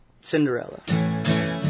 Cinderella